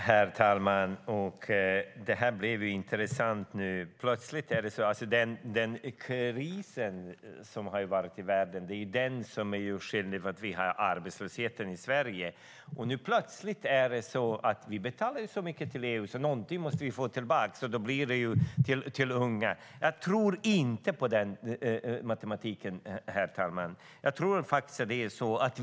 Herr talman! Nu blev det intressant. Plötsligt är den kris som har varit i världen skälet till att vi har arbetslöshet i Sverige. Plötsligt är det så att vi betalar så mycket till EU att vi måste få tillbaka något, och då blir det till unga. Jag tror inte på den matematiken, herr talman.